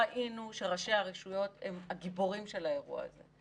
ראינו שראשי הרשויות הם הגיבורים של האירוע הזה.